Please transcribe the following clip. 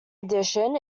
edition